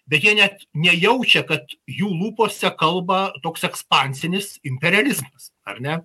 bet jie net nejaučia kad jų lūpose kalba toks ekspansinis imperializmas ar ne